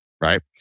right